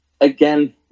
again